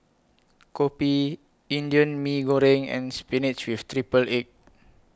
Kopi Indian Mee Goreng and Spinach with Triple Egg